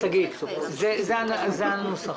שגית זה הנוסח.